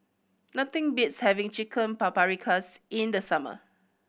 nothing beats having Chicken Paprikas in the summer